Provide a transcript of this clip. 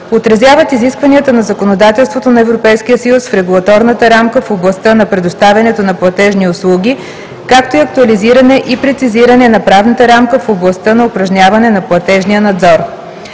отразяват изискванията на законодателството на Европейския съюз в регулаторната рамка в областта на предоставянето на платежни услуги, както и актуализиране и прецизиране на правната рамка в областта на упражняване на платежния надзор.